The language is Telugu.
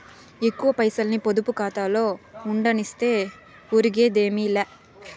ఎక్కువ పైసల్ని పొదుపు కాతాలో ఉండనిస్తే ఒరిగేదేమీ లా